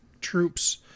troops